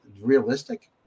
realistic